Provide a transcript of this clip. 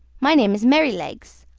my name is merrylegs.